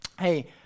Hey